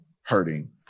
hurting